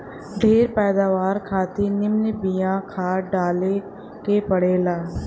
ढेर पैदावार खातिर निमन बिया खाद डाले के पड़ेला